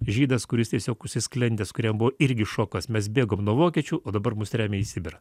žydas kuris tiesiog užsisklendęs kuriam buvo irgi šokas mes bėgom nuo vokiečių o dabar mus tremia į sibirą